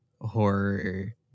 horror